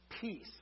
peace